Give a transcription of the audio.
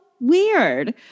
weird